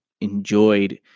enjoyed